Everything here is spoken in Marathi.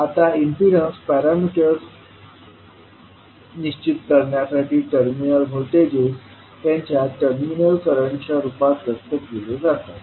आता इम्पीडन्स पॅरामीटर्स निश्चित करण्यासाठी टर्मिनल व्होल्टेजेस त्यांच्या टर्मिनल करंटच्या रूपात व्यक्त केले जातात